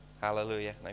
hallelujah